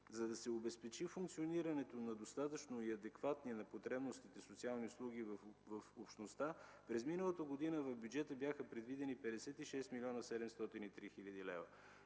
За да се обезпечи функционирането на достатъчно и адекватни на потребностите социални услуги в общността, през миналата година в бюджета бяха предвидени 56 млн. 703 хил. лв.